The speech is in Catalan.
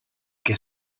que